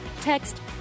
text